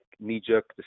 knee-jerk